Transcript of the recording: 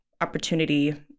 opportunity